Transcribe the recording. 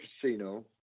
casino